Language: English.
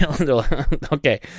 Okay